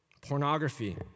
Pornography